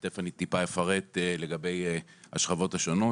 ותיכף אני טיפה אפרט לגבי השכבות השונות,